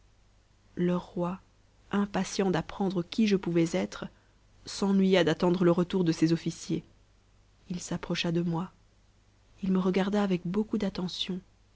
leur roi impatient d'apprendre qui je pouvais être s'ennuya d'attendre le retour de ses officiers il s'approcha de moi il me regarda avec beaucoup d'attention